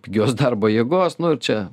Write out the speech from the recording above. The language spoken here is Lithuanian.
pigios darbo jėgos nu ir čia